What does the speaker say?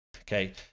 Okay